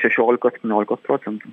šešiolikos septyniolikos procentų